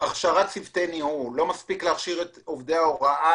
הכשרת צוותי ניהול לא מספיק להכשיר את עובדי ההוראה,